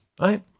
right